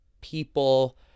people